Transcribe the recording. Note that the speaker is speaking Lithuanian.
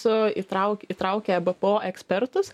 su įtrauk įtraukia bpo ekspertus